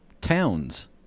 towns